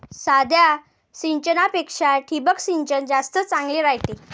साध्या सिंचनापेक्षा ठिबक सिंचन जास्त चांगले रायते